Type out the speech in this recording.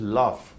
love